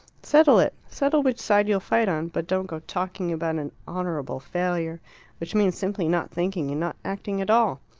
settle it. settle which side you'll fight on. but don't go talking about an honourable failure which means simply not thinking and not acting at all.